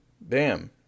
bam